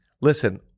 listen